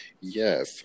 Yes